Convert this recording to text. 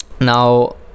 now